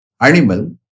animal